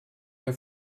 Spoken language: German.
mehr